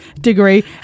degree